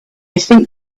think